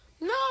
no